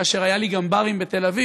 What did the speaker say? כאשר גם היו לי ברים בתל-אביב,